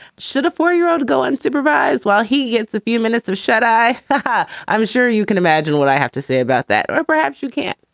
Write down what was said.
should a four year old go unsupervised while he gets a few minutes of shut eye? but i'm sure you can imagine what i have to say about that. perhaps you can't,